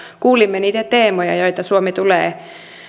kuulimme niitä teemoja joita suomi tulee